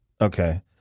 Okay